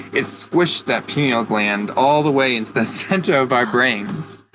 it squished that penial gland all the way into the center of our brains.